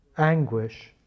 anguish